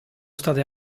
state